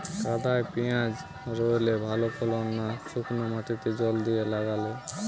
কাদায় পেঁয়াজ রুইলে ভালো ফলন না শুক্নো মাটিতে জল দিয়ে লাগালে?